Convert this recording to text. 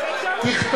כן,